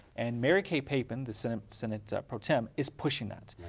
and mary kay papen, the senate senate pro tem, is pushing that.